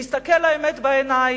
להסתכל לאמת בעיניים,